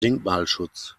denkmalschutz